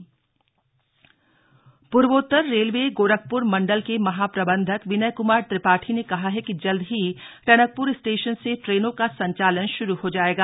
GM निरीक्षण प्वोत्तर railway Gorakhpur मंडल के महाप्रबंधक विनय क्मार त्रिपाठी ने कहा है कि जल्द ही टनकप्र स्टेशन से ट्रेनों का संचालन श्रू हो जाएगा